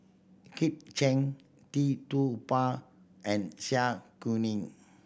Kit Chan Tee Tua Ba and Zai Kuning